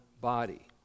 body